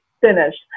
finished